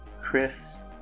Chris